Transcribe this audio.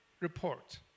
report